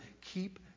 keep